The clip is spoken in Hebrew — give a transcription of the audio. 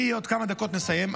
אני עוד כמה דקות מסיים.